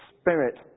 Spirit